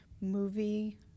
movie